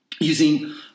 using